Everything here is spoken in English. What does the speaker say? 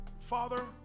Father